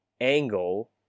angle